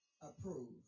approve